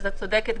את צודקת,